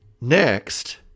Next